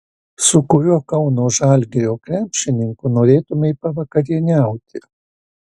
su kuriuo kauno žalgirio krepšininku norėtumei pavakarieniauti